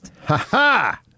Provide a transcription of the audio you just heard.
Ha-ha